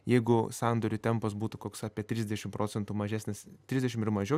jeigu sandorių tempas būtų koks apie trisdešim procentų mažesnis trisdešim ir mažiau